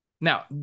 Now